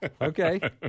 Okay